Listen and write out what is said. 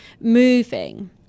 moving